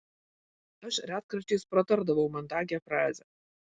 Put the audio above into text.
aš retkarčiais pratardavau mandagią frazę